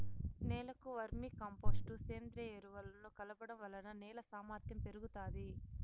నేలకు vermicompost, సేంద్రీయ ఎరువులను కలపడం వలన నేల సామర్ధ్యం పెరుగుతాది